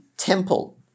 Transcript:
Temple